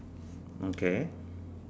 okay